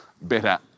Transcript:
better